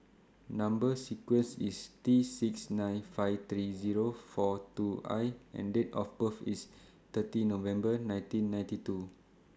Number sequence IS T six nine five three Zero four two I and Date of birth IS thirty November nineteen ninety two